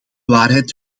waarheid